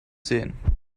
sehen